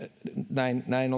näin näin